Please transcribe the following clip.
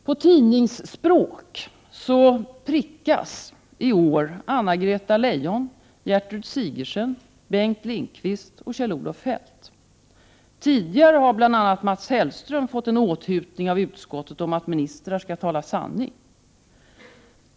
På tidningsspråk ”prickas” i år Anna-Greta Leijon, Gertrud Sigurdsen, Bengt Lindqvist och Kjell-Olof Feldt. Tidigare har bl.a. Mats Hellström fått en åthutning av utskottet om att ministrar skall tala sanning.